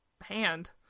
hand